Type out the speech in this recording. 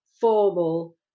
formal